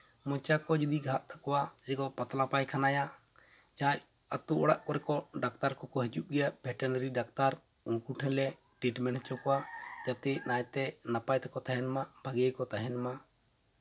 ᱢᱚᱪᱟ ᱠᱚ ᱡᱩᱫᱤ ᱜᱷᱟᱜ ᱛᱟᱠᱚᱣᱟ ᱥᱮᱠᱚ ᱯᱟᱛᱞᱟ ᱯᱟᱭᱠᱷᱟᱱᱟᱭᱟ ᱡᱟᱦᱟᱸ ᱟᱹᱛᱩ ᱚᱲᱟᱜ ᱠᱚᱨᱮᱠᱚ ᱰᱟᱠᱛᱟᱨ ᱠᱚᱠᱚ ᱦᱤᱡᱩᱜ ᱜᱮᱭᱟ ᱵᱷᱮᱱᱴᱮᱹᱱᱟᱹᱨᱤ ᱰᱟᱠᱛᱟᱨ ᱩᱱᱠᱩ ᱴᱷᱮᱱ ᱞᱮ ᱴᱨᱤᱴᱢᱮᱱᱴ ᱦᱚᱪᱚ ᱠᱚᱣᱟ ᱡᱟᱛᱮ ᱱᱟᱭᱛᱮ ᱱᱟᱯᱟᱭ ᱛᱮᱠᱚ ᱛᱟᱦᱮᱱ ᱢᱟ ᱵᱷᱟᱹᱜᱤ ᱛᱮᱠᱚ ᱛᱟᱦᱮᱱ ᱢᱟ